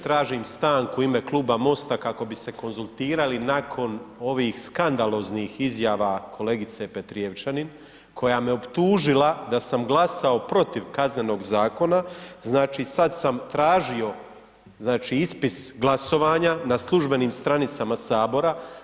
Tražim stanku u ime Kluba MOST-a kako bi se konzultirali nakon ovih skandaloznih izjava kolegice Petrijevčanin, koja me optužila da sam glasao protiv Kaznenog zakona, znači sad sam tražio znači ispis glasovanja na službenim stranicama Sabora.